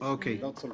לא צולבים.